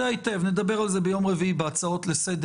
נושאים מרכזיים.